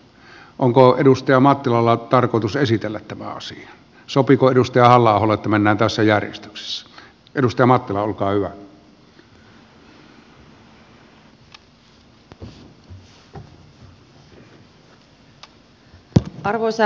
onko edustaja mattilalla tarkoitus esitellä tämä asia sopiiko edustajalla oli mennä tässä arvoisa herra puhemies